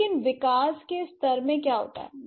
लेकिन विकास के स्तर में क्या होता है